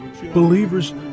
Believers